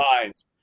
minds